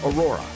Aurora